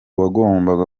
wagombaga